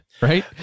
Right